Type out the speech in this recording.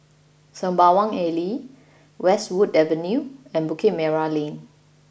Sembawang Alley Westwood Avenue and Bukit Merah Lane